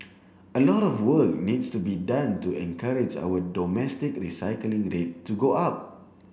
a lot of work needs to be done to encourage our domestic recycling rate to go up